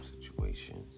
situations